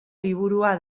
liburua